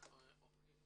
מזכירים